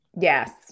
Yes